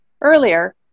earlier